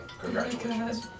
Congratulations